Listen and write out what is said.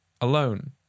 alone